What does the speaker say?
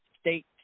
State